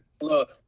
Look